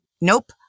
Nope